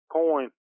coin